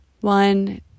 one